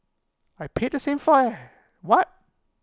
I paid the same fire what